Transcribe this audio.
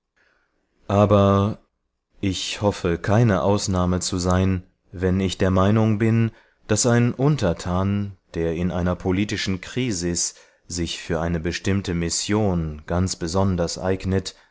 aber ich hoffe keine ausnahme zu sein wenn ich der meinung bin daß ein untertan der in einer politischen krisis sich für eine bestimmte mission ganz besonders eignet